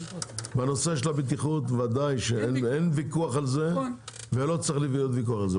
בנושא הבטיחות ודאי אין ויכוח על זה ולא צריך להיות ויכוח על זה.